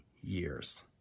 years